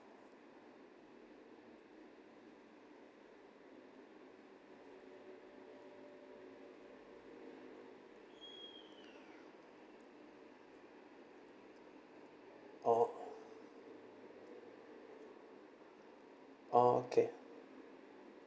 oh orh okay